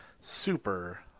super